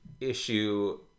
issue